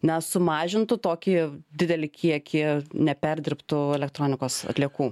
net sumažintų tokį didelį kiekį neperdirbtų elektronikos atliekų